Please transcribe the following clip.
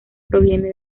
proviene